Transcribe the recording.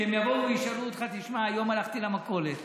כשהם יבואו וישאלו אותך: תשמע, היום הלכתי למכולת